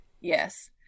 Yes